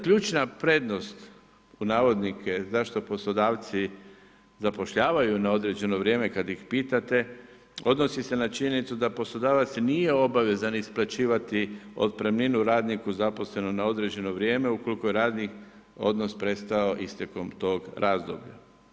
Ključna prednost“ zašto poslodavci zapošljavaju na određeno vrijeme kad ih pitate, odnosi se na činjenicu da poslodavac nije obavezan isplaćivati otpremninu radniku zaposlenog na određeno vrijeme ukoliko je radni odnos prestao istekom tog razdoblja.